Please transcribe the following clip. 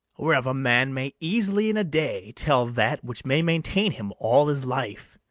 whereof a man may easily in a day tell that which may maintain him all his life.